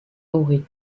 aurait